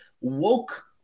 woke